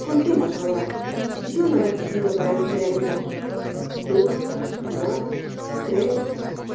contemos ahora yo no necesito para esto de ayuda uno dos tres